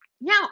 Now